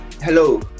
Hello